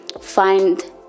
find